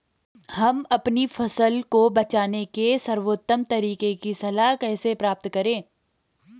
हम अपनी फसल को बचाने के सर्वोत्तम तरीके की सलाह कैसे प्राप्त करें?